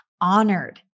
honored